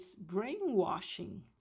brainwashing